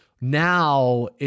now